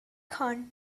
khan